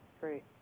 Great